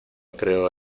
creo